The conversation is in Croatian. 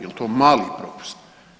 Je li to mali propust?